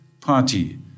Party